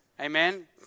Amen